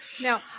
Now